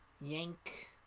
yank